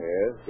Yes